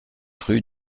rue